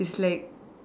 is like